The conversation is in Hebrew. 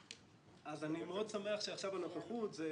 אז אני מאוד שמח שעכשיו הנוכחות זה